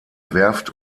werft